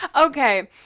Okay